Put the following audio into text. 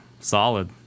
solid